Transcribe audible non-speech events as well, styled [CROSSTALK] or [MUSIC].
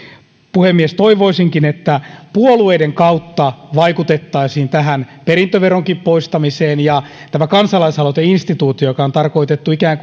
puhemies toivoisinkin että puolueiden kautta vaikutettaisiin tähän perintöveronkin poistamiseen ja tämä kansalaisaloiteinstituutio joka on tarkoitettu ikään [UNINTELLIGIBLE]